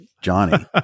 Johnny